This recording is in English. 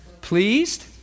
pleased